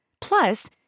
Plus